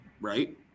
right